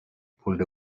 pulled